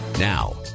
Now